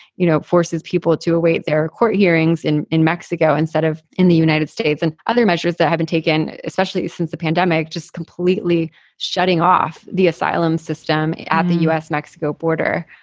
you know, forces forces people to await their court hearings in in mexico instead of in the united states and other measures that have been taken, especially since the pandemic, just completely shutting off the asylum system at the us mexico border.